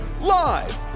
live